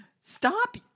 stop